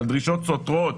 על דרישות סותרות.